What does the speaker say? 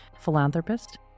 philanthropist